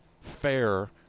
fair